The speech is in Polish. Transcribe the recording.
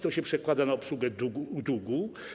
To się przekłada na obsługę długu.